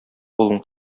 кулын